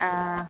ആ